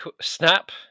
Snap